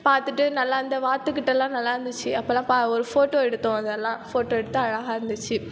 பார்த்துட்டு நல்லா அந்த வாத்துகிட்டலாம் நல்லா இருந்துச்சு அப்பலாம் பா ஒரு போட்டோ எடுத்தோம் அதெல்லாம் போட்டோ எடுத்து அழகாக இருந்துச்சு